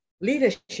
leadership